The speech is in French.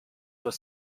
cent